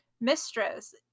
mistress